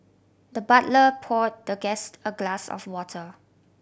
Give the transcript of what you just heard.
the butler pour the guest a glass of water